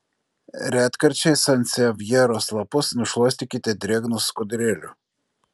retkarčiais sansevjeros lapus nušluostykite drėgnu skudurėliu